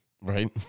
right